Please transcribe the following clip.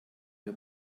wir